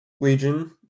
Legion